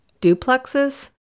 duplexes